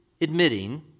admitting